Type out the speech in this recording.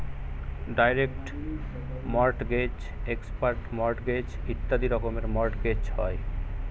direct mortgage, expert mortgage ইত্যাদি রকমের mortgage হয়